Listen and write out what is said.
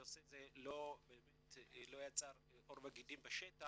הנושא הזה לא יצר עור וגידים בשטח,